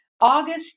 August